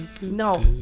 No